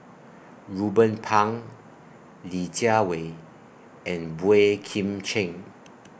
Ruben Pang Li Jiawei and Boey Kim Cheng